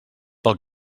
pel